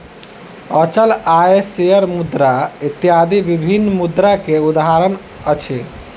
अचल आय, शेयर मुद्रा इत्यादि विभिन्न मुद्रा के उदाहरण अछि